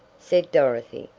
said dorothy,